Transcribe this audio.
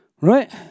right